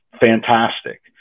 fantastic